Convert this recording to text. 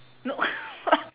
no